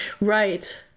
Right